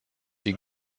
die